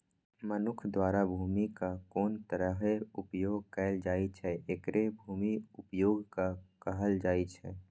मनुक्ख द्वारा भूमिक कोन तरहें उपयोग कैल जाइ छै, एकरे भूमि उपयोगक कहल जाइ छै